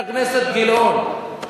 חבר הכנסת גילאון,